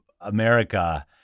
America